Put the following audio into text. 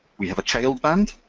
we have a child band,